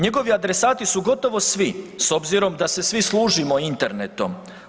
Njegovi adresati su gotovo svi s obzirom da se svi služimo internetom.